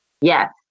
Yes